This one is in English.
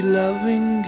loving